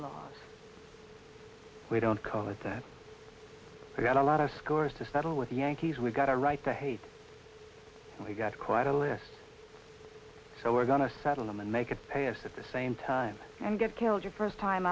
little we don't call it that we got a lot of scores to settle with yankees we've got a right to hate and we've got quite a list so we're going to settle them and make it pay us at the same time and get killed your first time